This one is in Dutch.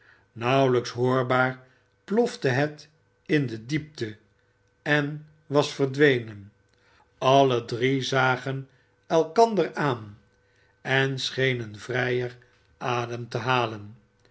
plofte het in de diepte en was verdwenen alle drie zagen elkander aan en schenen vrijer adem te halen